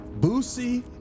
Boosie